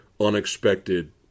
unexpected